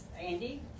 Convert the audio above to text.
Andy